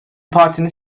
partinin